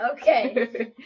Okay